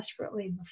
desperately